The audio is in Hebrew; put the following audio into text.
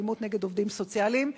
אלימות נגד עובדים סוציאליים.